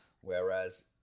Whereas